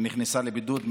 שנכנסה לבידוד,